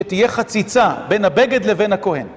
תהיה חציצה בין הבגד לבין הכהן.